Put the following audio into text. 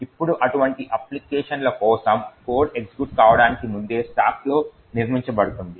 ఇప్పుడు అటువంటి అప్లికేషన్ల కోసం కోడ్ ఎగ్జిక్యూట్ కావడానికి ముందే స్టాక్లో నిర్మించబడుతుంది